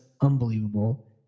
unbelievable